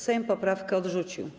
Sejm poprawkę odrzucił.